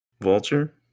Vulture